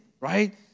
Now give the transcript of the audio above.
right